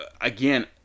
again